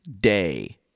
day